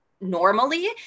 normally